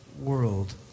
world